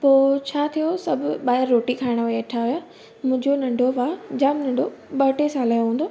पोइ छा थियो सभु ॿाहिरि रोटी खाइणु वेठा हुया मुंहिंजो नंढो भाउ जाम नंढो ॿ टे साल जो हूंदो